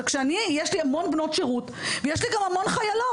יש לי המון בנות שרות, ויש לי גם המון חיילות.